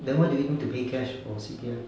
then what do you need to be cash or C_P_F